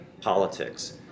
politics